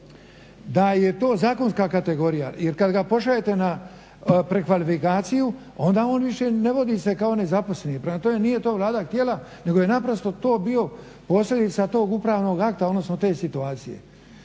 da je to zakonska kategorija jer kad ga pošaljete na prekvalifikaciju onda on više ne vodi se kao nezaposleni. Prema tome nije to Vlada htjela nego je naprosto to bio posljedica tog upravnog akta, odnosno te situacije.